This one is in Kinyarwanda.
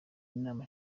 inama